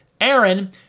Aaron